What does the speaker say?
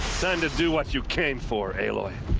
time to do what you came for, aloy.